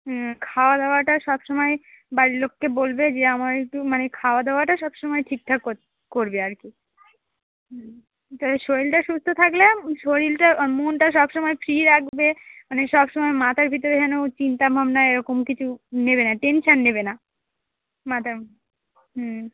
হুম খাওয়া দাওয়াটা সবসময় বাড়ির লোককে বলবে যে আমার একটু মানে খাওয়া দাওয়াটা সবসময় ঠিকঠাক কোত করবে আর কি হুম তাহলে শরীরটা সুস্থ থাকলে শরীরটা মনটা সবসময় ফ্রি রাখবে মানে সবসময় মাথার ভিতরে যেন চিন্তা ভাবনা এরকম কিছু নেবে না টেনশন নেবে না মাথার হুম